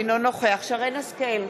אינו נוכח שרן השכל,